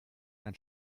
ein